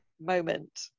moment